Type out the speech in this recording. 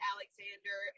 Alexander